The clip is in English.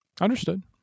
understood